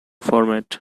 format